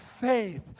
faith